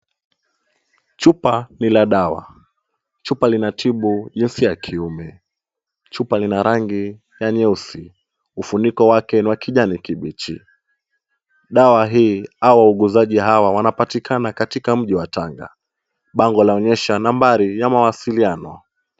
Chupa ni la dawa. Chupa lina tibu jinsia ya kiume. Chupa lina rangi ya nyeusi. Ufuniko wake ni wa kijani kibichi. Dawa hii au wauguzaji hawa wanapatikana katika mji wa tanga. Bango laonyesha nambari ya mawasiliano.